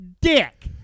dick